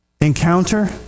Encounter